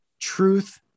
Truth